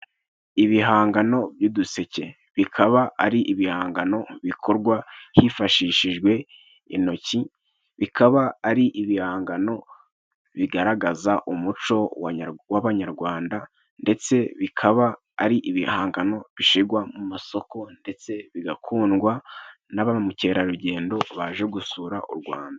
Ibihangano by'uduseke bikaba ari ibihangano bikorwa hifashishijwe intoki, bikaba ari ibihangano bigaragaza umuco w'Abanyarwanda, ndetse bikaba ari ibihangano bishigwa mu masoko ndetse bigakundwa na ba mukerarugendo baje gusura u Rwanda.